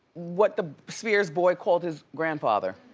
what the spears boy called his grandfather.